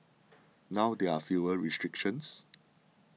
now there are fewer restrictions